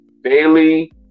Bailey